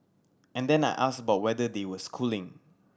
and then I asked about whether they were schooling